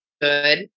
good